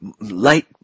light